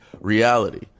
reality